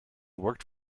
worked